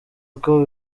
uko